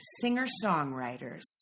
singer-songwriters